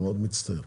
אני מצטער.